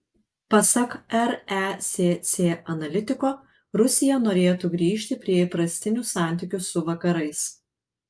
pasak resc analitiko rusija norėtų grįžti prie įprastinių santykių su vakarais